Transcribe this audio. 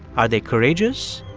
are they courageous,